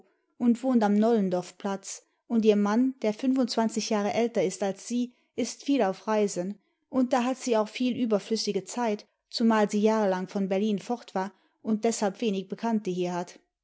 und wohnt am nollendorfplatz und ihr mann der fünfundzwanzig jahre älter ist als sie ist viel auf reisen und da hat sie auch viel überflüssige zeit zumal sie jahrelang von berlin fort war und deshalb wenig bekannte